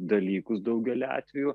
dalykus daugeliu atvejų